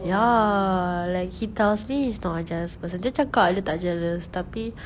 ya like he tells me he's not a jealous person dia cakap dia tak jealous tapi